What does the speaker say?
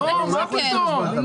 לא נכון.